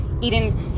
eating